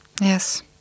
Yes